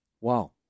Wow